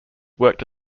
worked